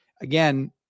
again